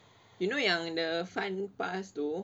you know yang the fun pass tu